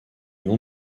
nom